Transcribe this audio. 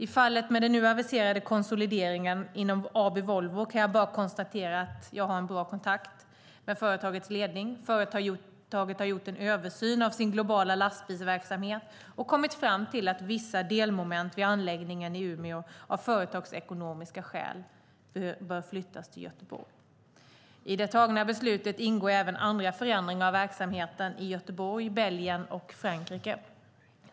I fallet med den nu aviserade konsolideringen inom AB Volvo kan jag bara konstatera att jag har en bra kontakt med företagets ledning. Företaget har gjort en översyn av sin globala lastbilsverksamhet och kommit fram till att vissa delmoment vid anläggningen i Umeå av företagsekonomiska skäl bör flyttas till Göteborg. I det tagna beslutet ingår även andra förändringar av verksamheten i Göteborg, Belgien och Frankrike.